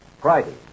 Friday